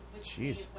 jeez